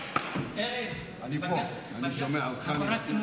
ארז, אני פה, אני שומע אותך.